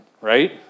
Right